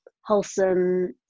wholesome